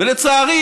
ולצערי,